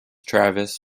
travis